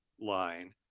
line